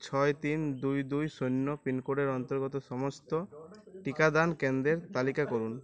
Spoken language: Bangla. ছয় তিন দুই দুই শূন্য পিনকোডের অন্তর্গত সমস্ত টিকাদান কেন্দ্রের তালিকা করুন